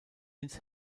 ins